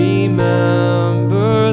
Remember